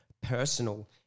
personal